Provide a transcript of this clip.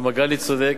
ומגלי צודק,